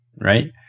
Right